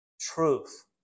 Truth